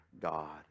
God